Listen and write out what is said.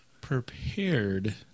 prepared